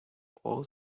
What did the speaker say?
all